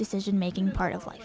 decision making part of li